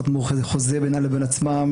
חתמו חוזה בינם לבין עצמם,